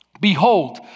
Behold